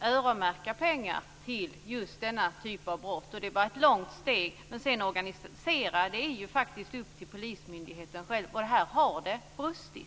öronmärka pengar till just denna typ av brott. Det var ett långt steg, men att sedan organisera verksamheten är faktiskt upp till polismyndigheten själv. Här har det brustit.